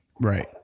Right